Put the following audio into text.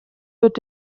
wird